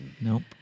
Nope